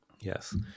Yes